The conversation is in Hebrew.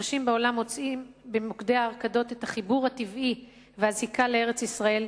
אנשים בעולם מוצאים במוקדי ההרקדות את החיבור הטבעי והזיקה לארץ-ישראל.